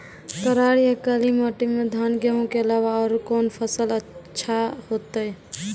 करार या काली माटी म धान, गेहूँ के अलावा औरो कोन फसल अचछा होतै?